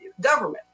government